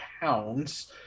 pounds